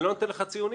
אני לא נותן לך ציונים.